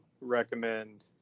recommend